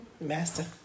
Master